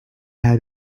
had